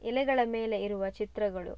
ಎಲೆಗಳ ಮೇಲೆ ಇರುವ ಚಿತ್ರಗಳು